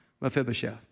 Mephibosheth